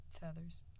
Feathers